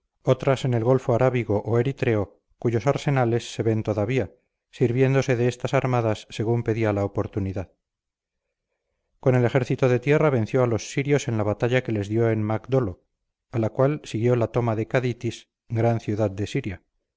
otras en el golfo arábigo o eritreo cuyos arsenales se ven todavía sirviéndose de estas armadas según pedía la oportunidad con el ejército de tierra venció a los sirios en la batalla que les dio en magdolo a la cual siguió la toma de caditis gran ciudad de siria